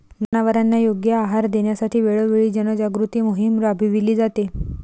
जनावरांना योग्य आहार देण्यासाठी वेळोवेळी जनजागृती मोहीम राबविली जाते